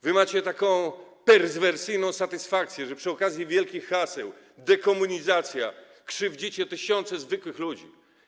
Wy macie taką perwersyjną satysfakcję, że przy okazji wielkich haseł, jak „dekomunizacja”, krzywdzicie tysiące zwykłych ludzi.